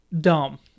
dumb